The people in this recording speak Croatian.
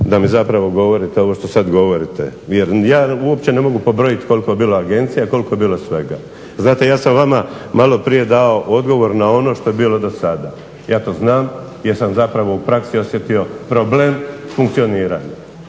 da mi sada govorite ovo što mi govorite, jer ni ja uopće ne mogu pobrojiti koliko je bilo agencija koliko je bilo svega. Znate ja sam vama dao maloprije odgovor na ono što je bilo do sada, ja to znam jer sam zapravo u praksi osjetio problem funkcioniranja,